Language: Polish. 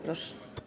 Proszę.